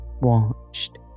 watched